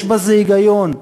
יש בזה היגיון,